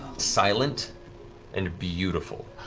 silent and beautiful.